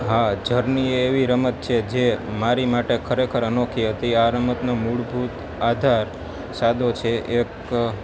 હા જર્ની એવી રમત છે જે મારી માટે ખરેખર અનોખી હતી આ રમતનું મૂળભૂત આધાર સાદો છે એક